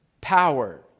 power